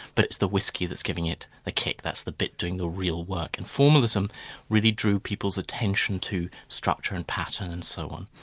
but it's the whisky that's giving it the kick, that's the bit doing the real work. and formalism really drew people's attention to structure and pattern and so on.